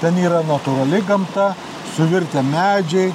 ten yra natūrali gamta suvirtę medžiai